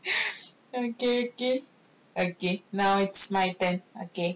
okay okay okay now it's my turn okay